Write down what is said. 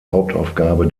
hauptaufgabe